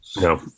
No